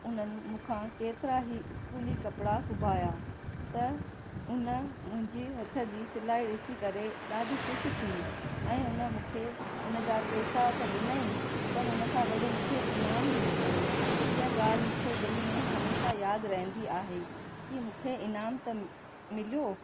उन्हनि मूंखां केतिरा ई स्कूली कपिड़ा सिबाया त उन मुंहिंजे हथ जी सिलाई ॾिसी करे ॾाढी ख़ुशि थी ऐं उन मूंखे इन जा पेसा त ॾिनईं पर इन सां गॾु मूंखे ईनाम बि ॾिनईं इहा ॻाल्हि मूंखे हमेशह दिलि में यादि रहंदी आहे की मूंखे ईनाम त मिलियो